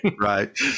right